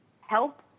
help